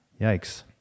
yikes